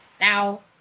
Now